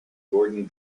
gordon